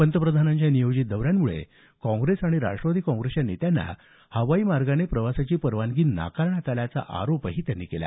पंतप्रधानांच्या नियोजित दौऱ्यांमुळे काँग्रेस आणि राष्ट्रवादी काँग्रेसच्या नेत्यांना हवाई मार्गाने प्रवासाची परवानगी नाकारण्यात आल्याचा आरोपही त्यांनी केला